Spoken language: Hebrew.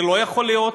זה לא יכול להיות,